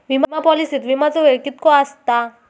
विमा पॉलिसीत विमाचो वेळ कीतको आसता?